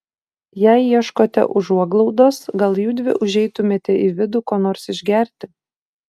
jei ieškote užuoglaudos gal judvi užeitumėte į vidų ko nors išgerti